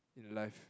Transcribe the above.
in life